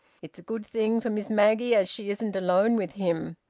it's a good thing for miss maggie as she isn't alone with him.